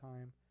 Time